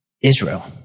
Israel